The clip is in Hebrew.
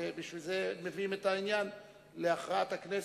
ולכן מביאים את העניין להכרעת הכנסת.